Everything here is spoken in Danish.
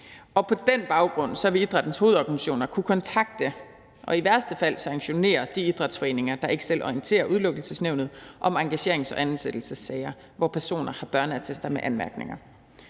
på den baggrund vil idrættens hovedorganisationer kunne kontakte og i værste fald sanktionere de idrætsforeninger, der ikke selv orienterer Udelukkelsesnævnet om engagerings- og ansættelsessager, hvor personer har børneattester med anmærkninger.